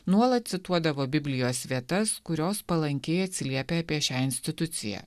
nuolat cituodavo biblijos vietas kurios palankiai atsiliepia apie šią instituciją